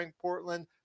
portland